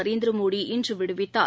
Narendra Modi இன்றுவிடுவித்தார்